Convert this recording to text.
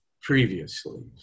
previously